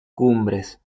cumbres